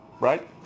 Right